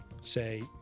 say